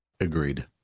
Agreed